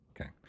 Okay